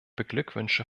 beglückwünsche